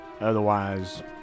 otherwise